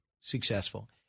successful